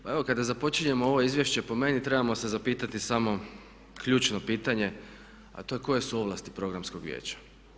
Pa evo kada započinjemo ovo izvješće po meni trebamo se zapitati samo ključno pitanje a to je koje su ovlasti programskog vijeća.